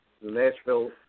Nashville